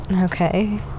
Okay